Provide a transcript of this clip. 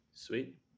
sweet